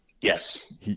Yes